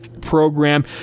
program